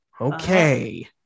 Okay